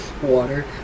Water